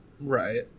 right